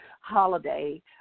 holiday